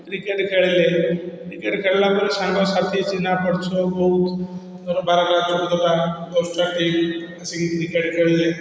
cricket ଖେଳେ cricket ଖେଳିଲା ପରେ ସାଙ୍ଗ ସାଥି ଚିହ୍ନା ପରିଚୟ ବହୁତ ଆସିକି କ୍ରିକେଟ୍ ଖେଳିଲେ